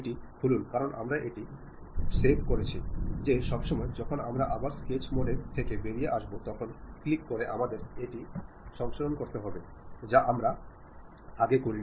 এটি খুলুন কারণ আমরা এটি সংরক্ষণ করেছি যে সময়টি যখন আমরা আবার স্কেচ মোড থেকে বেরিয়ে আসবে তখন ক্লিক করে আমাদের এটি সংরক্ষণ করতে হবে যা আমরা সংরক্ষণ করিনি